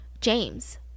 James